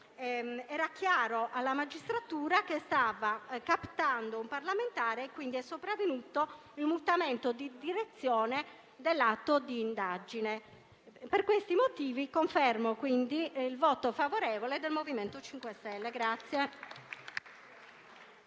era chiaro alla magistratura che stava captando un parlamentare, per cui è sopravvenuto il mutamento di direzione dell'atto di indagine. Per questi motivi confermo il voto favorevole del MoVimento 5 Stelle.